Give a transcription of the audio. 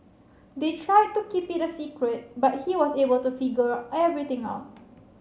they tried to keep it a secret but he was able to figure everything out